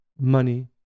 money